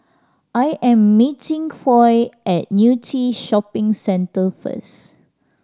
I am meeting Foy at Yew Tee Shopping Centre first